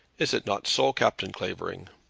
is it not so, captain clavering?